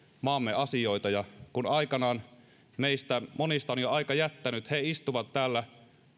maamme asioita ja aikanaan kun meistä monista on jo aika jättänyt he istuvat täällä